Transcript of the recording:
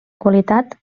qualitat